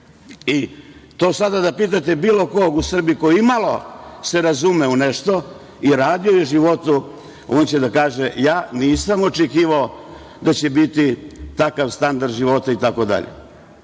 i to sada da pitate bilo kog u Srbiji ko imalo se razume u nešto rado i životu, on će da kaže - ja nisam očekivao da će biti takav standard života itd.Za